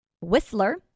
Whistler